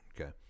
Okay